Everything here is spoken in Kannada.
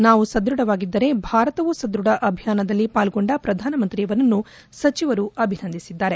ನಾವು ಸದೃಢವಾಗಿದ್ದರೆ ಭಾರತವೂ ಸದೃಢ ಅಭಿಯಾನದಲ್ಲಿ ಪಾಲ್ಗೊಂಡ ಪ್ರಧಾನಮಂತ್ರಿಯವರನ್ನು ಸಚಿವರು ಅಭಿನಂದಿಸಿದ್ದಾರೆ